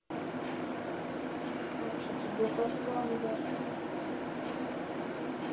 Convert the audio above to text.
अच्छा अच्छा गुफा शुफा होनी फिर